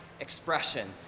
expression